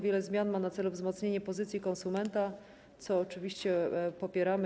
Wiele zmian ma na celu wzmocnienie pozycji konsumenta, co oczywiście popieramy.